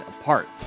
apart